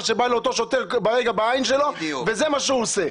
שבא לאותו שוטר בעין שלו וזה מה שהוא עושה.